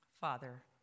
Father